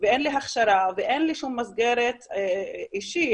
ואין לי הכשרה ואין לי שום מסגרת אישית